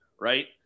right